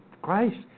Christ